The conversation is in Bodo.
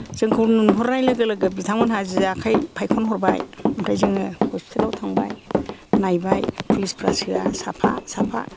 जोंखौ नुहरनाय लोगो लोगो बिथांमोनहा जि आखाइ फायखनहरबाय ओमफ्राय जोङो हस्पिथालाव थांबाय नायबाय पुलिसफोरा सोवा साफा साफा